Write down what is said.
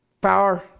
power